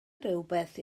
rywbeth